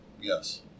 Yes